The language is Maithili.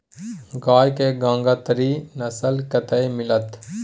गाय के गंगातीरी नस्ल कतय मिलतै?